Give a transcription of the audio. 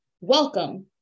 Welcome